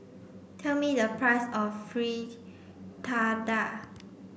tell me the price of Fritada